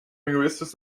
linguistics